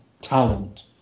talent